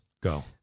Go